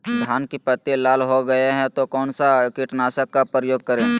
धान की पत्ती लाल हो गए तो कौन सा कीटनाशक का प्रयोग करें?